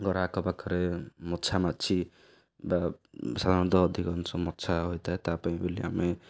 ଘର ଆଖପାଖରେ ମଶାମାଛି ବା ସାଧାରଣତଃ ଅଧିକାଂଶ ମଛା ହୋଇଥାଏ ତା' ପାଇଁ ବୋଲି ଆମେ